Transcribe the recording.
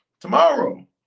Tomorrow